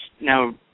now